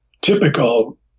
typical